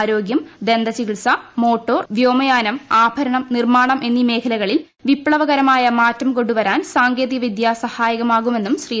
ആരോഗ്യം ദന്തചികിത്സ മോട്ടോർ വാഹനം വ്യോമയാനം ആഭരണം നിർമ്മാണം എന്നീ മേഖലകളിൽ വിപ്ലവകരമായ മാറ്റം കൊണ്ടുവരാൻ സാങ്കേതിക വിദ്യ സഹായകമാകുമെന്നും ശ്രീ